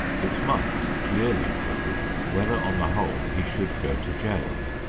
it might clearly prove whether on the whole he should go to jail.